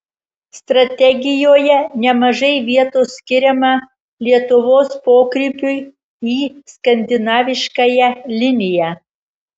strategijoje nemažai vietos skiriama lietuvos pokrypiui į skandinaviškąją liniją